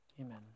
amen